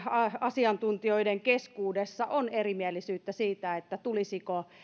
asiantuntijoiden keskuudessa on erimielisyyttä siitä tulisiko